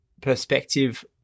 perspective